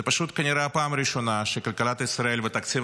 זה פשוט הפעם הראשונה שכלכלת ישראל ותקציב